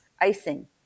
icing